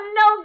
no